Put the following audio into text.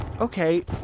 Okay